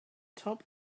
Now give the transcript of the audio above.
top